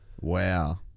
wow